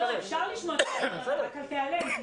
אפשר לשמוע את חברי הוועדה, אבל אל תיעלם.